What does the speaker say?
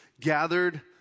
gathered